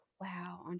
wow